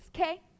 okay